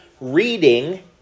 reading